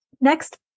next